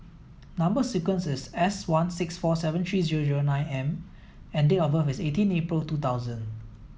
number sequence is S one six four seven three zero zero nine M and date of birth is eighteen April two thousand